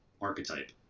archetype